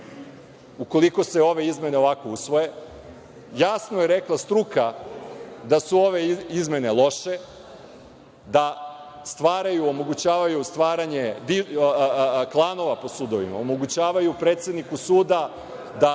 ukoliko se ove izmene ovako usvoje. Jasno je rekla struka da su ove izmene loše, da omogućavaju stvaranje klanova po sudovima, omogućavaju predsedniku suda da